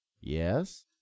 Yes